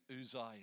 Uzziah